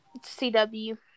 CW